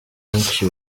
nyinshi